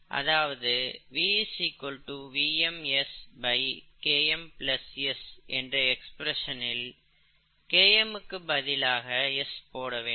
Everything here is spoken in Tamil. அதாவது V VmS Km S என்ற எக்ஸ்பிரஸனில் Km க்கு பதிலாக S போட வேண்டும்